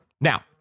Now